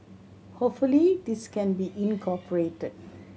hopefully this can be incorporated